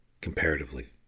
comparatively